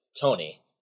Tony